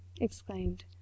exclaimed